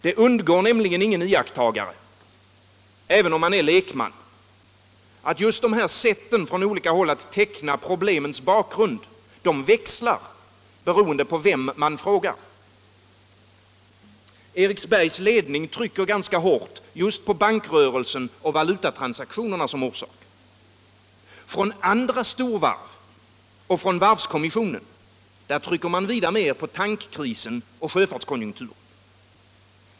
Det undgår nämligen ingen iakttagare —- även om man är lekman — att just sätten från olika håll att teckna problemens bakgrund växlar, beroende på vem man frågar. Eriksbergs ledning trycker ganska hårt just på bankrörelsen och valutatransaktionerna som orsak. Från andra storvarv och från varvskommissionen trycker man vida mer på tankkrisen och sjöfartskonjunkturen.